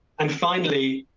and finally,